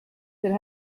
could